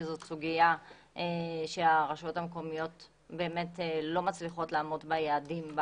שזאת סוגיה שהרשויות המקומיות לא מצליחות לעמוד ביעדים.